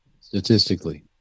statistically